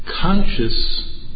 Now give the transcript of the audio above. conscious